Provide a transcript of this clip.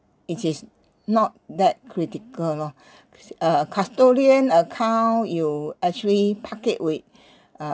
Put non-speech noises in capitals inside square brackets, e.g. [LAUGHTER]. it is not that critical loh [BREATH] uh custodian account you actually park it with